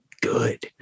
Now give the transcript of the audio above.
good